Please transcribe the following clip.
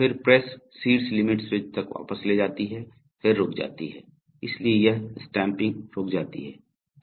फिर प्रेस शीर्ष limit switch तक वापस ले जाती है फिर रुक जाती है इसलिए यह स्टम्पिंग रुक जाती है ठीक है